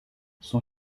son